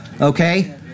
Okay